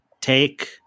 take